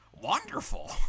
wonderful